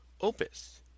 opus